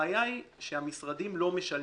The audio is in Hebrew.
מה שהממשלה עושה,